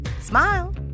Smile